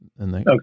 Okay